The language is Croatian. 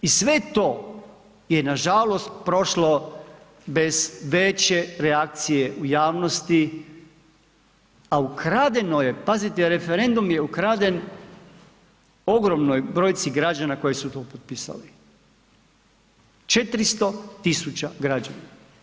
I sve to je nažalost prošlo bez veće reakcije u javnosti, a ukradeno je, pazite referendum je ukraden ogromnoj brojci građana koji su to potpisali, 400.000 građana.